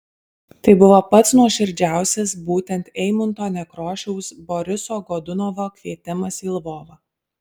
tai buvo pats nuoširdžiausias būtent eimunto nekrošiaus boriso godunovo kvietimas į lvovą